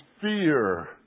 fear